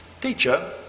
Teacher